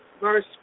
Verse